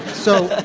so,